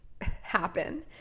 happen